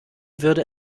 würde